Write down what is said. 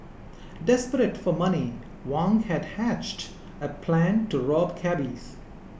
desperate for money Wang had hatched a plan to rob cabbies